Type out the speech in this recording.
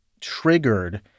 triggered